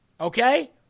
Okay